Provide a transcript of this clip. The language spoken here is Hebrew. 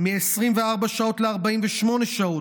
מ-24 שעות ל-48 שעות,